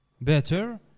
better